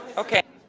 okay